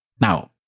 Now